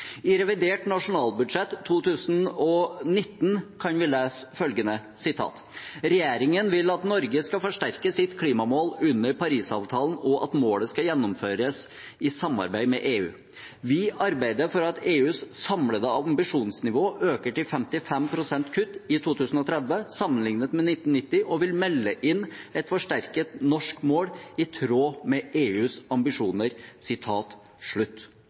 I revidert nasjonalbudsjett 2019 kan vi lese følgende: «Regjeringen vil at Norge skal forsterke sitt klimamål under Parisavtalen og at målet skal gjennomføres i samarbeid med EU. Vi arbeider for at EUs samlede ambisjonsnivå øker til 55 pst. kutt i 2030 sammenlignet med 1990, og vil melde inn et forsterket norsk mål i tråd med EUs ambisjoner.»